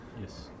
Yes